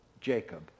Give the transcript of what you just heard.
Jacob